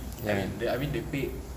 ya I mean I mean they paid